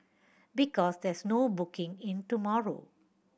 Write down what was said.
because there's no booking in tomorrow